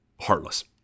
Heartless